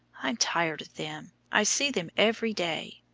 i'm tired of them i see them every day.